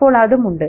അപ്പോൾ അതും ഉണ്ട്